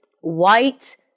white